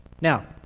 Now